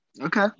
Okay